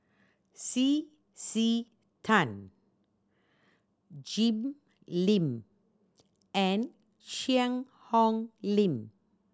C C Tan Jim Lim and Cheang Hong Lim